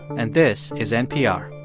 and this is npr